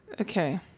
Okay